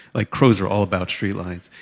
like crows are all about streetlights.